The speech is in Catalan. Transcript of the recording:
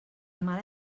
mala